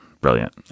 brilliant